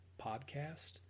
Podcast